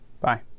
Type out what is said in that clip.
Bye